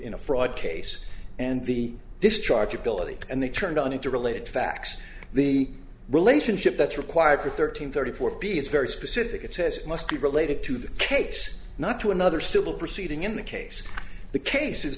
in a fraud case and the discharge ability and they turned on into related facts the relationship that's required for thirteen thirty four p is very specific it says it must be related to the case not to another civil proceeding in the case the case is